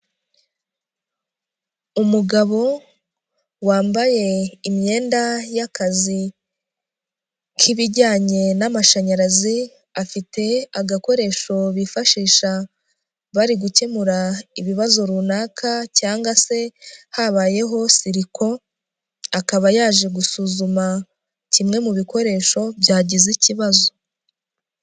Umugabo wambaye imyenda y'akazi k'ibijyanye n'amashanyarazi, afite agakoresho bifashisha bari gukemura ibibazo runaka cyangwa se habayeho siriko, akaba yaje gusuzuma kimwe mu bikoresho byagize ikibazo.